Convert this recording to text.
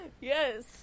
Yes